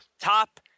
top